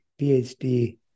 PhD